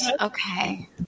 Okay